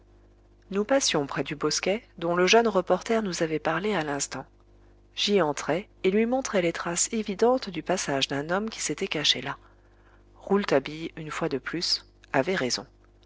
nous passions près du bosquet dont le jeune reporter nous avait parlé à l'instant j'y entrai et lui montrai les traces évidentes du passage d'un homme qui s'était caché là rouletabille une fois de plus avait raison